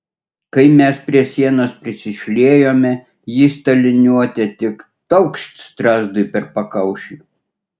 kai mes prie sienos prisišliejome jis ta liniuote tik taukšt strazdui per pakaušį